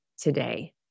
today